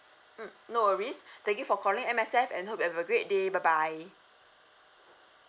mm no worries thank you for calling M_S_F and hope you have a great day bye bye